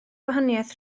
gwahaniaeth